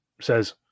says